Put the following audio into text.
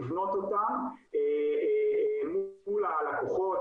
לבנות אותם מול הלקוחות,